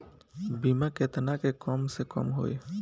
बीमा केतना के कम से कम होई?